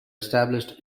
established